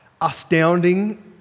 astounding